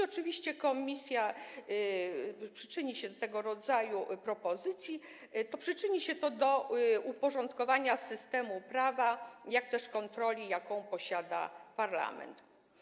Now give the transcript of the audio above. Oczywiście jeśli komisja przychyli się do tego rodzaju propozycji, to przyczyni się to do uporządkowania zarówno systemu prawa, jak i kontroli, jaką posiada parlament.